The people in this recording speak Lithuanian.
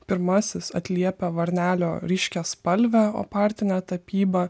pirmasis atliepia varnelio ryškiaspalvę opartinę tapybą